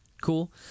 cool